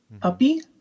puppy